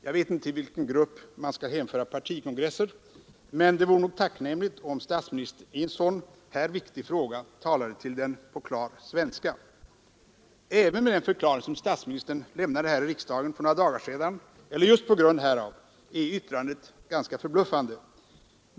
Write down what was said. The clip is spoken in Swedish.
Jag vet inte till vilken grupp man skall hänföra partikongressen, men det vore nog tacknämligt om statsministern i en sådan här viktig fråga talade till den på klar svenska. Även med den förklaring statsministern lämnade här i riksdagen för några dagar sedan — eller just på grund härav — är yttrandet ganska förbluffande.